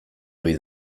ohi